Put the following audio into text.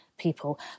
People